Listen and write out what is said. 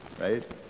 right